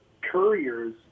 couriers